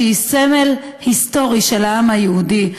שהיא סמל היסטורי של העם היהודי,